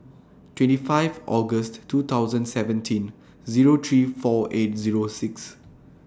twenty five August two thousand seventeen Zero three four eight Zero six